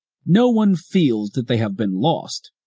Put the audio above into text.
no one feels that they have been lost,